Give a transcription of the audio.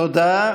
תודה.